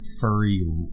furry